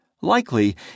Likely